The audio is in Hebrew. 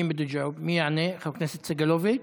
מי יענה, חבר הכנסת סגלוביץ'?